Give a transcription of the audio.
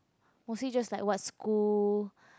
or see just like what school